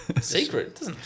Secret